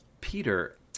Peter